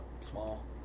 small